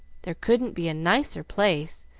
there couldn't be a nicer place,